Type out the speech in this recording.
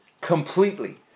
completely